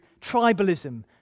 tribalism